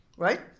right